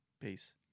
Peace